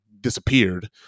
disappeared